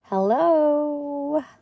Hello